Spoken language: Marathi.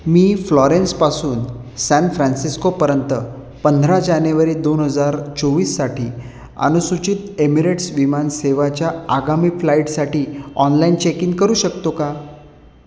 मी फ्लॉरेन्सपासून सॅन फ्रान्सिस्कोपर्यंत पंधरा जानेवारी दोन हजार चोवीससाठी अनुसूचित एमिरेट्स विमान सेवाच्या आगामी फ्लाईटसाठी ऑनलाईन चेक इन करू शकतो का